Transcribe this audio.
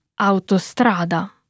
autostrada